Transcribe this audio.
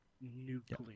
nuclear